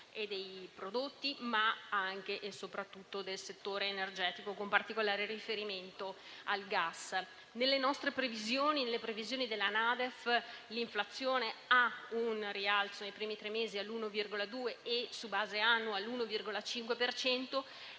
e dei prodotti, ma anche e soprattutto del settore energetico, con particolare riferimento al gas. Nelle previsioni della NADEF l'inflazione ha un rialzo nei primi tre mesi all'1,2 e, su base annua, all'1,5